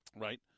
Right